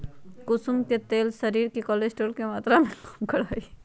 कुसुम के तेल शरीर में कोलेस्ट्रोल के मात्रा के कम करा हई